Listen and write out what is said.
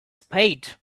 spade